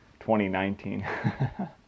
2019